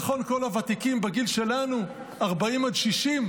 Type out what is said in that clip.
נכון כל הוותיקים בגיל שלנו 40 עד 60?